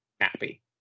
happy